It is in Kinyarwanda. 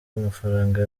amafaranga